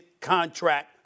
contract